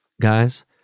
Guys